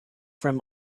from